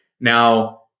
Now